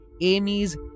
Amy's